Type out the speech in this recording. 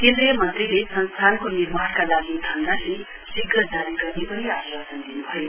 केन्द्रीय मन्त्रीले संस्थानको निर्माणका लागि धनराशि शीध जारी गर्ने पनि आश्वासन दिनुभयो